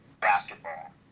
basketball